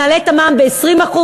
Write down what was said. נעלה את המע"מ ב-20%?